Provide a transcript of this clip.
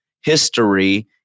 History